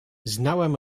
znałem